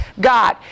God